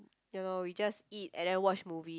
you know we just eat and then watch movie